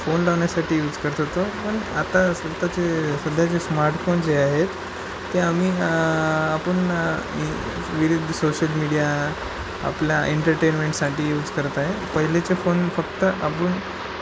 phone लावण्यासाठी use करत होतो पण आता स्वतःचे सध्याचे स्मार्टफोन जे आहेत ते आम्ही आपण विविध सोशल मीडिया आपला एंटरटेन्मेंटसाठी यूज करत आहे पहिलेचे फोन फक्त आपण